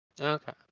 okay